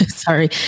sorry